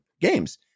games